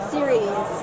Series